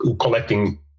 collecting